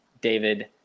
David